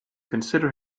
consider